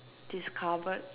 discovered